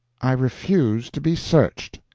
i refuse to be searched.